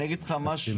אני אגיד לך משהו,